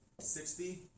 sixty